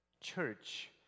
Church